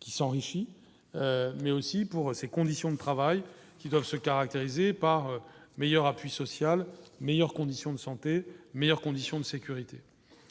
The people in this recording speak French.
qui s'enrichit. Mais aussi pour ses conditions de travail, qui doivent se caractériser par un meilleur appui social, meilleures conditions de santé, meilleures conditions de sécurité